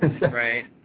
right